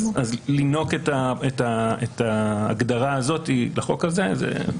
אז לינוק את ההגדרה הזאת לחוק הזה, זה...